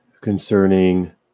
concerning